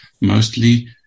mostly